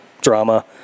drama